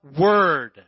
word